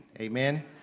amen